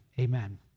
amen